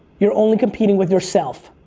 you're only competing with yourself.